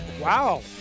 Wow